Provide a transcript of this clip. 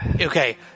Okay